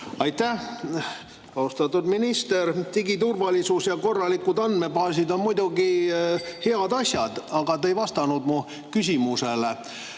Aitäh! Austatud minister! Digiturvalisus ja korralikud andmebaasid on muidugi head asjad, aga te ei vastanud mu küsimusele.